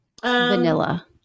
vanilla